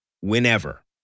whenever